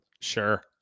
sure